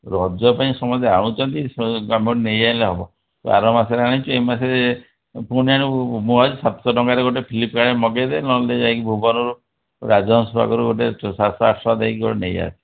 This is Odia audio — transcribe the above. ରଜ ପାଇଁ ସମସ୍ତେ ଆଣୁଛନ୍ତି ନେଇ ଆଣିଲେ ହେବ ତୁ ଆର ମାସରେ ଆଣିଛୁ ଏ ମାସରେ ପୁଣି ଆଣିବୁ ମୁଁ ସାତଶ ଟଙ୍କାରେ ଫ୍ଲିପକାର୍ଟ୍ରୁ ମଗେଇଦେ ନହେଲେ ଯାଇକି ଭୁବନରୁ ରାଜହଂସ ପାଖରୁ ଗୋଟେ ଛଅ ସାତ ଶହ ଆଠ ଶହ ଦେଇକି ଗୋଟେ ନେଇ ଆସ